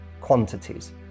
quantities